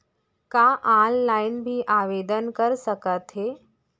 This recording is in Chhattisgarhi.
का ऑफलाइन भी आवदेन कर सकत हे?